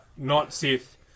not-Sith